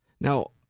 Now